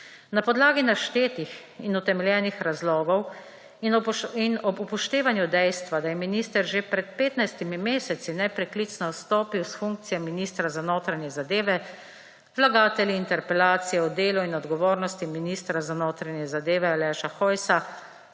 Na podlagi naštetih in utemeljenih razlogov in ob upoštevanju dejstva, da je minister že pred 15 meseci nepreklicno odstopil s funkcije ministra za notranje zadeve, vlagatelji interpelacije o delu in odgovornosti ministra za notranje zadeve Aleša Hojsa